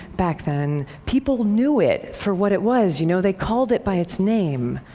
back then, people knew it for what it was, you know, they called it by its name.